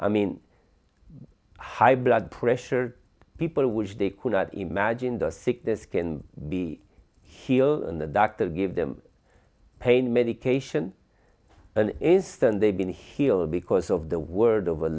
i mean high blood pressure people wish they could not imagine the sick this can be here and the doctor give them pain medication an instant they've been healed because of the word of